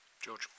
George